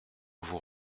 vous